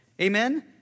Amen